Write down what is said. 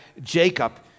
Jacob